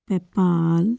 PayPal